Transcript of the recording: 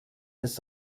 des